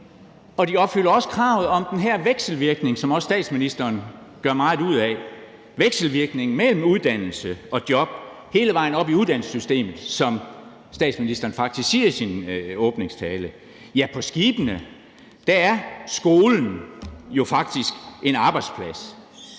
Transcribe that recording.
Og de opfylder også kravet om den her vekselvirkning, som også statsministeren gør meget ud af – vekselvirkningen mellem uddannelse og job hele vejen op i uddannelsessystemet, som statsministeren faktisk nævner i sin åbningstale. Ja, på skibene er skolen jo faktisk en arbejdsplads.